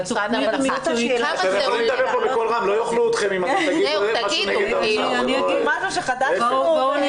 אסביר את מה שכתוב שם.